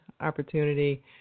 opportunity